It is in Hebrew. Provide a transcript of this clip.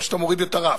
או שאתה מוריד את הרף,